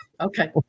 okay